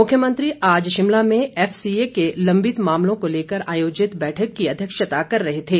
मुख्यमंत्री आज शिमला में एफ सीए के लंबित मामलों को लेकर आयोजित बैठक की अध्यक्षता कर रहे थे